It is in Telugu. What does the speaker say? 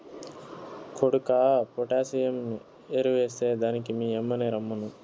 కొడుకా పొటాసియం ఎరువెస్తే దానికి మీ యమ్మిని రమ్మను